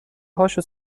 هاشو